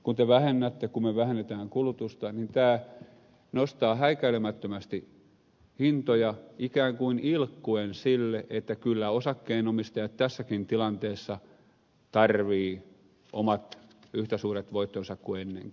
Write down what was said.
kun me vähennämme kulutusta niin tämä nostaa häikäilemättömästi hintoja ikään kuin ilkkuen että kyllä osakkeenomistajat tässäkin tilanteessa tarvitsevat omat yhtä suuret voittonsa kuin ennenkin